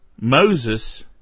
Moses